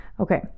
okay